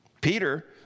Peter